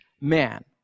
man